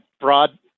broad